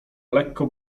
lekko